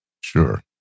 sure